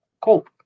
Cool